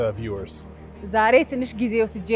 viewers